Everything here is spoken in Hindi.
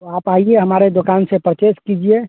तो आप आइए हमारे दुकान से परचेस कीजिए